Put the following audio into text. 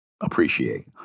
appreciate